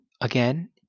again